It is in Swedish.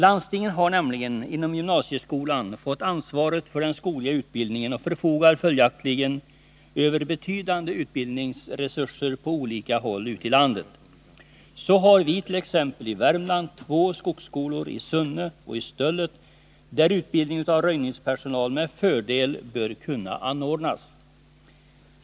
Landstingen har nämligen inom gymnasieskolan fått ansvaret för den skogliga utbildningen och förfogar följaktligen över betydande utbildningsresurser på olika håll ute i landet. Så har vit.ex. i Värmland två skogsskolor, i Sunne och i Stöllet. där utbildning av röjningspersonal med fördel bör kunna anordnas.